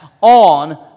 on